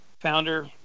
founder